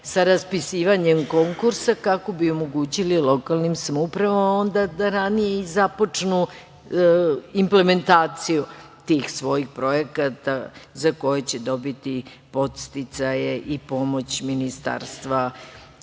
sa raspisivanjem konkursa, kako bi omogućili lokalnim samoupravama da ranije i započnu implementaciju tih svojih projekata za koje će dobiti podsticaje i pomoć Ministarstva